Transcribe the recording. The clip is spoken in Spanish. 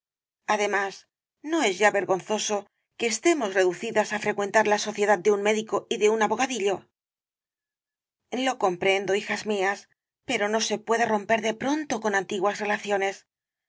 además no es ya vergonzoso que estemos reducidas á frecuentar la sociedad de un médico y de un abogadillo l rosalía de castro lo comprendo hijas mías pero no se puede romper de pronto con antiguas relaciones